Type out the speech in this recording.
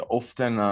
often